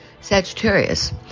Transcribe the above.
Sagittarius